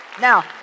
Now